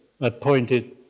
appointed